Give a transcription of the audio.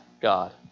God